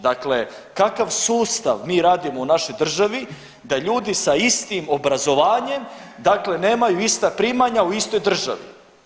Dakle, kakav sustav mi radimo u našoj državi, da ljudi sa istim obrazovanjem, dakle nemaju ista primanja u istoj državi.